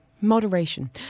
moderation